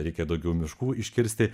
reikia daugiau miškų iškirsti